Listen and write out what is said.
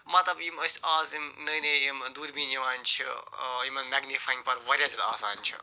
مطلب یِم أسۍ اَز یم نٔو نٔو یِم دوٗربیٖن یِوان چھِ یِمن مٮ۪گنہِ فاینٛگ پتہٕ وارِیاہ زیادٕ آسان چھُ